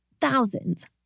thousands